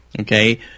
okay